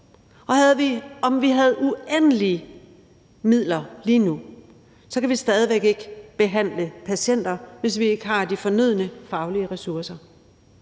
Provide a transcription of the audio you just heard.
om vi havde uendelige midler lige nu, kan vi stadig væk ikke behandle patienter, hvis ikke vi har de fornødne faglige ressourcer.